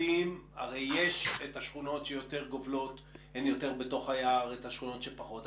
הרי יש את השכונות שהן יותר גובלות ביער ואת השכונות שפחות.